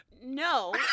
No